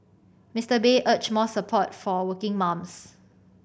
Mister Bay urged more support for working mums